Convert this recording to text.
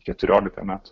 keturiolika metų